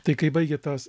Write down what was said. tai kai baigė tas